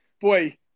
boy